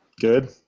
Good